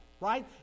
Right